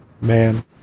man